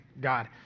God